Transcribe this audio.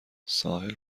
ساحل